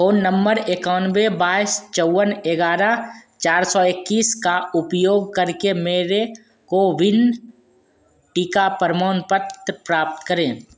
phone number एकानबे बाईस चौवन ग्यारह चार सौ इक्कीस का उपयोग करके मेरा कोविन टीका प्रमाणपत्र प्राप्त करें